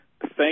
Thank